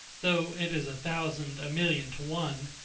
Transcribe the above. though it is a thousand, a million to one,